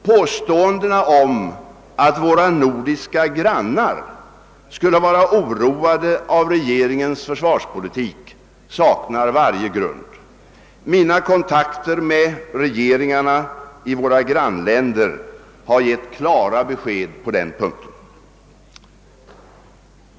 Påståendena om att våra nordiska grannar skulle vara oroade av regeringens försvarspolitik saknar varje grund. Mina kontakter med regeringarna i våra grannländer har givit klara besked på den punkten.